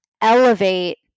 elevate